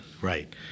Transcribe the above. right